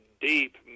deep